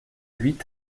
huit